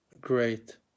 great